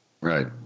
Right